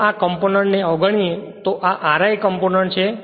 જો આ કમ્પોનન્ટ ને અવગણીએ તો આ Ri કમ્પોનન્ટ છે